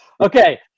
Okay